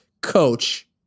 coach